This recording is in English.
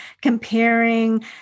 comparing